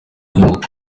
mukobwa